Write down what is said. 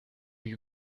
you